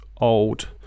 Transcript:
old